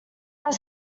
are